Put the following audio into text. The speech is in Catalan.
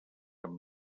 amb